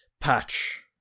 patch